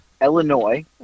Illinois